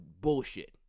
bullshit